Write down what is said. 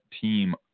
team